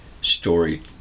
Story